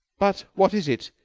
but what is it?